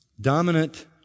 dominant